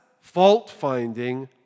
fault-finding